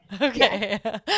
Okay